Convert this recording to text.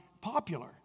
popular